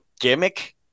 gimmick